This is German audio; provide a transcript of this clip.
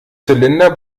zylinder